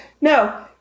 no